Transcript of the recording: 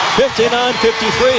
59-53